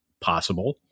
Possible